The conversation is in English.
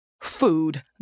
food